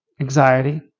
anxiety